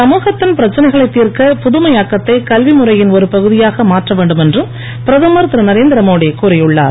சமூகத்தின் பிரச்சனைகளைத் தீர்க்க புதுமையாக்கத்தை கல்வி முறையின் ஒரு பகுதியாக மாற்ற வேண்டுமென்று பிரதமர் திருதரேந்திர மோடி கூறியுள்ளார்